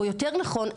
או יותר נכון,